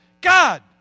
God